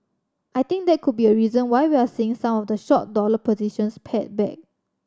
I think that could be a reason why we're seeing some of the short dollar positions pared back